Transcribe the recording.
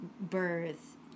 birth